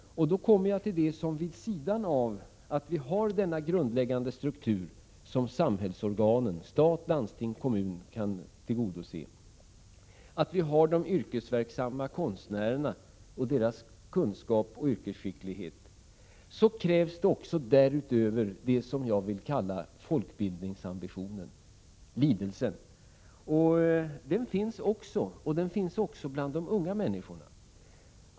Jag kommer då in på det förhållandet att vi vid sidan av denna grundläggande struktur, som samhällsorganen — stat, landsting och kommuner — kan tillgodose, har de yrkesverksamma konstnärerna, deras kunskap och yrkesskicklighet. Därutöver krävs vad jag vill kalla folkbildningsambitionen, lidelsen. Den finns också — även bland de unga människorna.